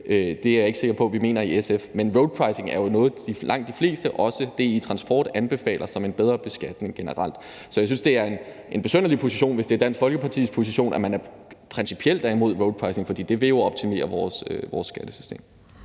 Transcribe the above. Det er jeg ikke sikker på vi mener i SF. Men roadpricing er jo noget, langt de fleste, også DI Transport, anbefaler som en bedre beskatning generelt. Så jeg synes, det er en besynderlig position, hvis det er Dansk Folkepartis position, at man principielt er imod roadpricing, for det vil jo optimere vores skattesystem.